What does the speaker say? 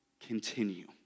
continue